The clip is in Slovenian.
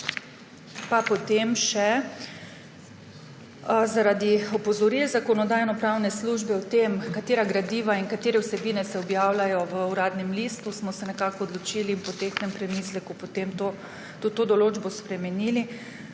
na daljavo. Zaradi opozoril Zakonodajno-pravne službe o tem, katera gradiva in katere vsebine se objavljajo v Uradnem listu, smo se nekako odločili in po tehtnem premisleku to določbo spremenili,